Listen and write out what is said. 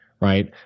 right